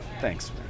Thanks